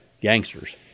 gangsters